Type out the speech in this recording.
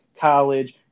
college